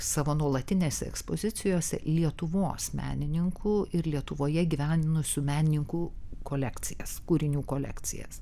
savo nuolatinėse ekspozicijose lietuvos menininkų ir lietuvoje gyvenusių menininkų kolekcijas kūrinių kolekcijas